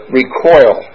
recoil